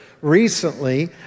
recently